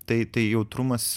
tai tai jautrumas